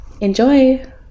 Enjoy